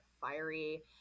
fiery